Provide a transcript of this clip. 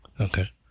Okay